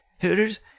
Hooters